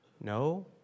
No